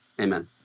Amen